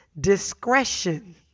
discretion